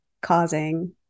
causing